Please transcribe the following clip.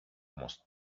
most